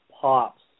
pops